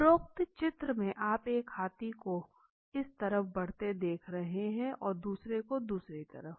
उपरोक्त चित्र में आप एक हाथी को इस तरफ बढ़ते देख रहे है और दुसरे को दूसरी तरफ